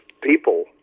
people